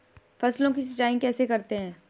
फसलों की सिंचाई कैसे करते हैं?